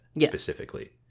specifically